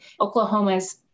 Oklahoma's